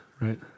Right